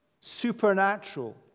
supernatural